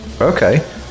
Okay